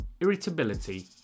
irritability